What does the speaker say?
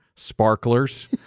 sparklers